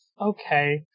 okay